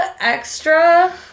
extra